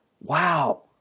wow